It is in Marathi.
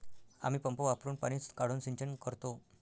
आम्ही पंप वापरुन पाणी काढून सिंचन करतो